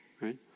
right